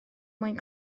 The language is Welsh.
mwyn